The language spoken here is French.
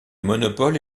monopole